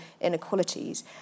inequalities